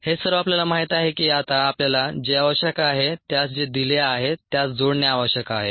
हे सर्व आपल्याला माहित आहे की आता आपल्याला जे आवश्यक आहे त्यास जे दिले आहे त्यास जोडणे आवश्यक आहे